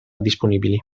disponibili